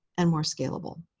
and more scalable.